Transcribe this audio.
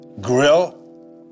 Grill